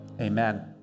amen